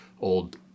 old